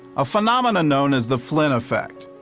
a phenomena known as the flynn effect,